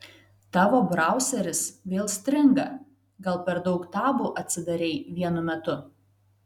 tavo brauseris vėl stringa gal per daug tabų atsidarei vienu metu